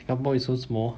singapore is so small